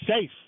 safe